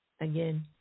Again